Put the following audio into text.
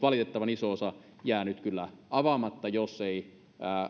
valitettavan iso osa jää nyt kyllä avautumatta jos ei